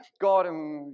God